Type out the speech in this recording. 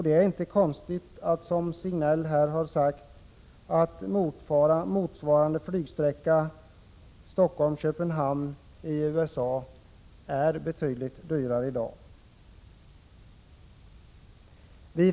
Det är inte konstigt att, som Sven-Gösta Signell har sagt, en flygsträcka som motsvarar Stockholm-Köpenhamn i USA är betydligt dyrare i dag.